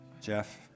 Jeff